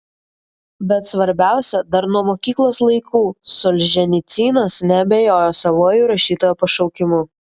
bet svarbiausia dar nuo mokyklos laikų solženicynas neabejojo savuoju rašytojo pašaukimu